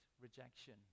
rejection